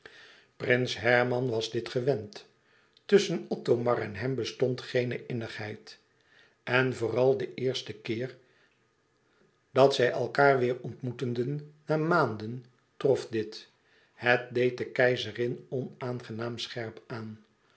prins herman was dit gewen tusschen othomar en hem bestond geene innigheid en vooral den eersten keer dat zij elkaâr weêr ontmoeteden na maanden trof dit het deed de keizerin onaangenaam scherp aan